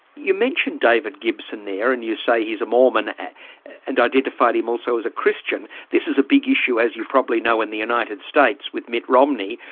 you mentioned david gibson there and you say he's a mormon and identified him also as a christian. this is a big issue, as you probably know, in the united states with mitt romney,